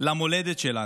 למולדת שלנו: